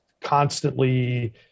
constantly